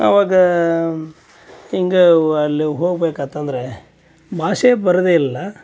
ಅವಾಗ ಹಿಂಗೆ ಅಲ್ಲಿ ಹೋಗ್ಬೇಕಾಯ್ತಂದ್ರೆ ಭಾಷೆ ಬರೋದೇ ಇಲ್ಲ